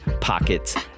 pockets